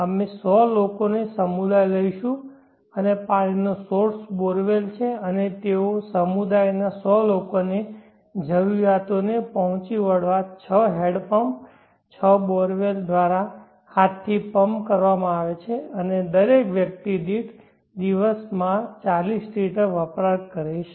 અમે 100 લોકોનો સમુદાય લઈશું અને પાણીનો સોર્સ બોરવેલ છે અને તેઓ સમુદાયના 100 લોકોની જરૂરિયાતોને પહોંચી વળવા 6 હેન્ડ પમ્પ 6 બોરવેલ દ્વારા હાથથી પમ્પ કરવામાં આવે છે અને દરેક વ્યક્તિ દીઠ દિવસ મા 40 લિટર વપરાશ કરે છે